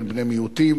לבני מיעוטים,